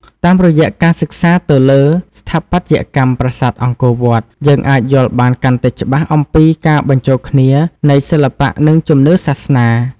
តាមរយៈការសិក្សាទៅលើស្ថាបត្យកម្មប្រាសាទអង្គរវត្ត យើងអាចយល់បានកាន់តែច្បាស់អំពីការបញ្ចូលគ្នានៃសិល្បៈនិងជំនឿសាសនា។